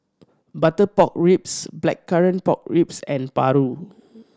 butter pork ribs Blackcurrant Pork Ribs and paru